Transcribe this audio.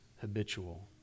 habitual